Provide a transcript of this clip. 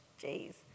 Jeez